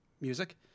music